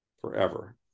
forever